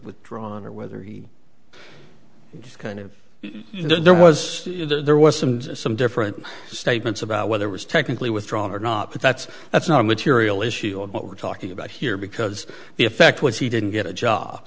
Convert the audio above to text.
withdrawn or whether he just kind of you know there was there was some some different statements about whether it was technically withdrawn or not but that's that's not a material issue of what we're talking about here because the effect was he didn't get a job